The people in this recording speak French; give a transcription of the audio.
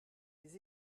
les